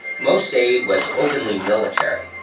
most aid was openly military,